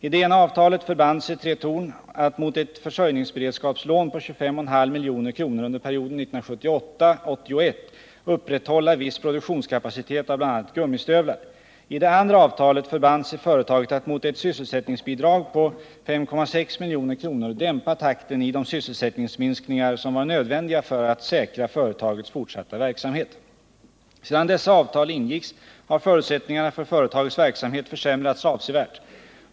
I det ena avtalet förband sig Tretorn att mot ett försörjningsberedskapslån på 25,5 milj.kr. under perioden 1978-1981 upprätthålla viss produktionskapacitet av bl.a. gummistövlar. I det andra avtalet förband sig företaget att mot ett sysselsättningsbidrag på 5,6 milj.kr. dämpa takten i de sysselsättningsminskningar som var nödvändiga för att säkra företagets fortsatta verksamhet. Sedan dessa avtal ingicks har förutsättningarna för företagets verksamhet försämrats avsevärt.